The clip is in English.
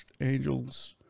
Angels